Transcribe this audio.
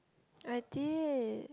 I did